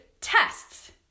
tests